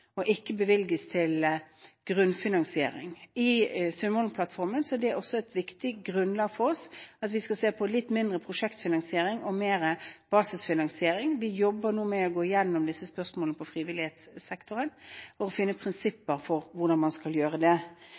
et viktig grunnlag for oss at vi skal se litt mindre på prosjektfinansiering og mer på basisfinansiering. Vi jobber nå med å gå gjennom disse spørsmålene på frivillighetssektoren for å finne prinsipper for hvordan man skal gjøre dette. Det